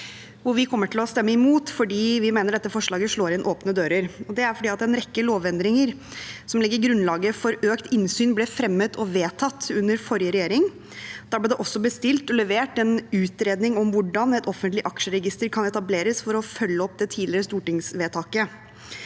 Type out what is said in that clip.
å stemme imot fordi vi mener dette forslaget slår inn åpne dører. Det er fordi en rekke lovendringer som legger grunnlaget for økt innsyn, ble fremmet og vedtatt under forrige regjering. Da ble det også bestilt og levert en utredning om hvordan et offentlig aksjeregister kan etableres, for å følge opp det tidligere stortingsvedtaket.